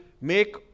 make